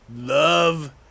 love